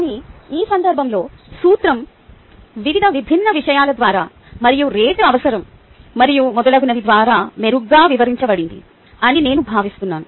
కానీ ఈ సందర్భంలో సూత్రం వివిధ విభిన్న విషయాల ద్వారా మరియు రేటు అవసరం మరియు మొదలగునవి ద్వారా మెరుగ్గా వివరించబడింది అని నేను భావిస్తున్నాను